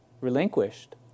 relinquished